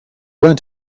want